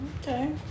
Okay